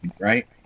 right